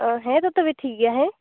ᱚ ᱦᱮᱸ ᱛᱳ ᱛᱚᱵᱮ ᱴᱷᱤᱠ ᱜᱮᱭᱟ ᱦᱮᱸ